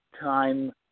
time